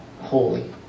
holy